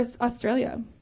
Australia